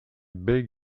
beg